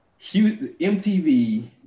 mtv